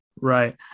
Right